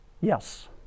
Yes